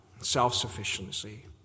self-sufficiency